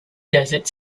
desert